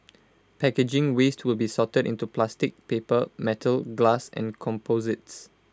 packaging waste will be sorted into plastic paper metal glass and composites